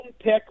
pick